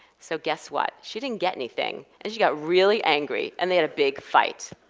so guess what? she didn't get anything. and she got really angry, and they had a big fight.